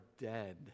dead